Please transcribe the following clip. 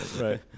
Right